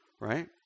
right